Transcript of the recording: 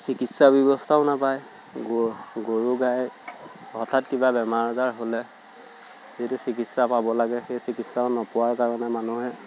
চিকিৎসা ব্যৱস্থাও নাপায় গ গৰু গাইৰ হঠাৎ কিবা বেমাৰ আজাৰ হ'লে যিটো চিকিৎসা পাব লাগে সেই চিকিৎসাও নোপোৱাৰ কাৰণে মানুহে